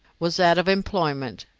was out of employment,